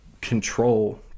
control